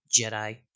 Jedi